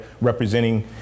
representing